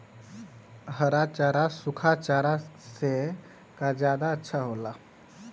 हरा चारा सूखा चारा से का ज्यादा अच्छा हो ला?